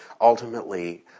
Ultimately